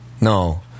No